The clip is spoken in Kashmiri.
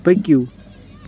پٔکِو